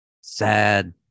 sad